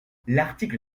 l’article